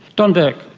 don burke,